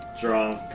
drunk